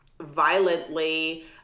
violently